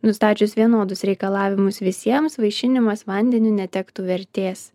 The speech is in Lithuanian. nustačius vienodus reikalavimus visiems vaišinimas vandeniu netektų vertės